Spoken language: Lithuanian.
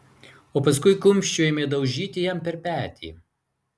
o paskui kumščiu ėmė daužyti jam per petį